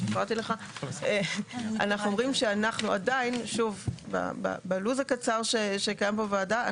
אנחנו אומרים שאנחנו עדיין שוב בלו"ז הקצר שקיים בוועדה,